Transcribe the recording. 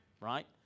right